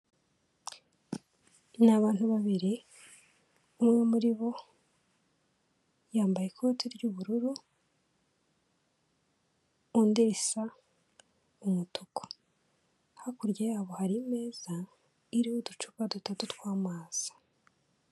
Ni abantu babiri, umwe muri bo yambaye ikote ry'ubururu, undi risa umutuku, hakurya y'abo hari imeza iriho uducupa dutatu tw'amazi.